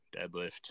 deadlift